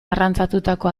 arrantzatutako